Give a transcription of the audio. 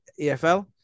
EFL